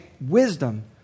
wisdom